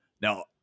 Now